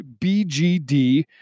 bgd